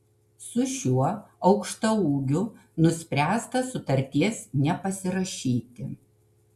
su šiuo aukštaūgiu nuspręsta sutarties nepasirašyti